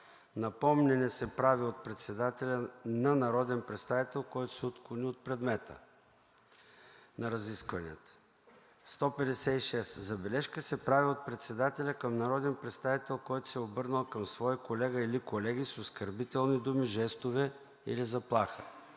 Напомняне се прави от председателя на народен представител, който се отклони от предмета на разискванията. Чл. 156. Забележка се прави от председателя към народен представител, който се е обърнал към свой колега или колеги с оскърбителни думи, жестове или със заплаха.“